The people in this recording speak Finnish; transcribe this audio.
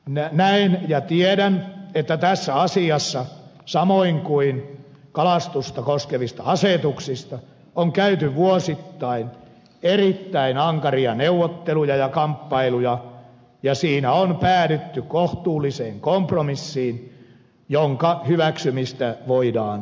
näen ja tiedän että tästä asiasta samoin kuin kalastusta koskevista asetuksista on käyty vuosittain erittäin ankaria neuvotteluja ja kamppailuja ja siinä on päädytty kohtuulliseen kompromissiin jonka hyväksymistä voidaan puoltaa